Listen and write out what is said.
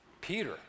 Peter